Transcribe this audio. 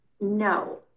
no